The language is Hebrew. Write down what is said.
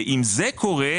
ואם זה קורה,